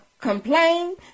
Complain